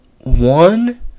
one